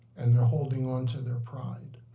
and they're holding on to their pride.